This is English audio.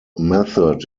method